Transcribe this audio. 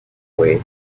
way